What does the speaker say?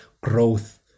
growth